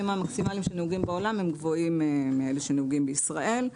המקסימליים שנהוגים בעולם הם גבוהים מאלה שנהוגים בישראל.